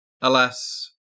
Alas